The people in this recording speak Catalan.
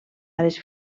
les